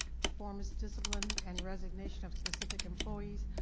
performance, discipline, and resignation of specific employees,